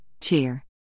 cheer